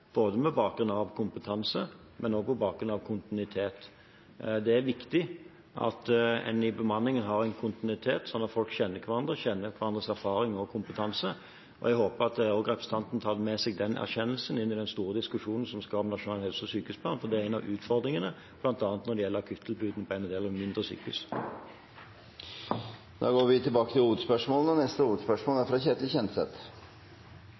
både på bakgrunn av kompetanse og på bakgrunn av kontinuitet. Det er viktig at en i bemanningen har kontinuitet, slik at folk kjenner hverandre og kjenner til hverandres erfaring og kompetanse. Jeg håper at også representanten tar med seg den erkjennelsen inn i den store diskusjonen vi skal ha om nasjonal helse og sykehusplan, for det er en av utfordringene, bl.a. når det gjelder akuttilbudene på en del av de mindre sykehusene. Da går vi til neste hovedspørsmål. Migrasjon er